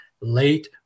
late